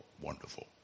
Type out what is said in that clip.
wonderful